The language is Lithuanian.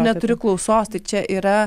neturi klausos tai čia yra